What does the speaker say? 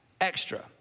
extra